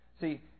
See